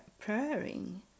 praying